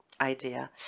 idea